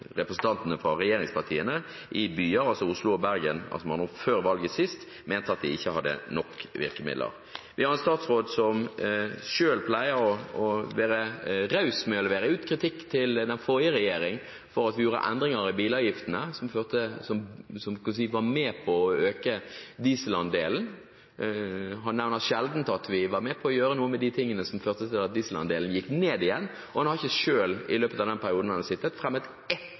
representantene fra regjeringspartiene i Oslo og Bergen før det siste valget mente at de ikke hadde nok virkemidler. Vi har en statsråd som selv pleier å være raus med å levere ut kritikk til den forrige regjering for at vi gjorde endringer i bilavgiftene som var med på å øke dieselandelen. Han nevner sjelden at vi var med på å gjøre noe med de tingene som førte til at dieselandelen gikk ned igjen, og han har ikke selv i løpet av den perioden han har sittet, fremmet ett